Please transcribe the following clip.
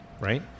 right